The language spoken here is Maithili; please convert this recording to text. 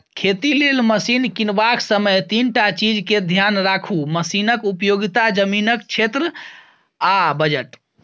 खेती लेल मशीन कीनबाक समय तीनटा चीजकेँ धेआन राखु मशीनक उपयोगिता, जमीनक क्षेत्र आ बजट